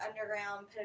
underground